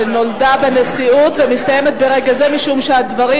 שנולדה בנשיאות ומסתיימת ברגע זה משום שהדברים